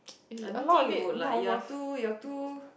I don't think you would like you're too you're too